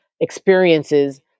experiences